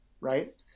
right